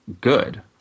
good